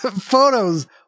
Photos